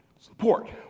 support